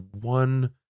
one